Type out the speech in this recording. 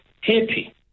happy